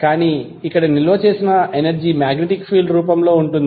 కానీ ఇక్కడ నిల్వ చేసిన ఎనర్జీ మాగ్నెటిక్ ఫీల్డ్ రూపంలో ఉంటుంది